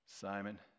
Simon